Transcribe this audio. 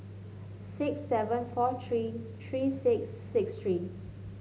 six seven four three three six six three